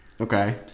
okay